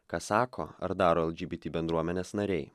ką sako ar daro lgbt bendruomenės nariai